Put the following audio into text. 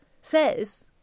says